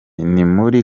ntimuri